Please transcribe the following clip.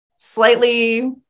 slightly